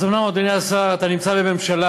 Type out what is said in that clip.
אז אומנם, אדוני השר, אתה נמצא בממשלה